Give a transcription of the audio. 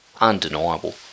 undeniable